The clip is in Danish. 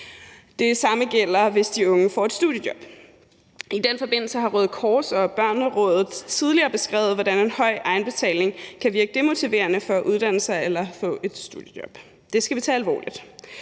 Det samme gælder, hvis de unge får et studiejob. I den forbindelse har Røde Kors og Børnerådet tidligere beskrevet, hvordan en høj egenbetaling kan virke demotiverende for at uddanne sig eller få et studiejob. Det skal vi tage alvorligt,